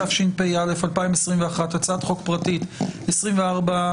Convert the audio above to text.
התשפ"א 2021. הצעת חוק פרטית 2087/24,